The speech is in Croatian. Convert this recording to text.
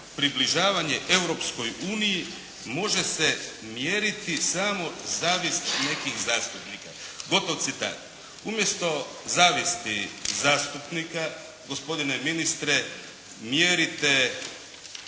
približavanje Europskoj uniji može se mjeriti samo zavist nekih zastupnika.". Gotov citat. Umjesto zavisti zastupnika, gospodine ministre, mjerite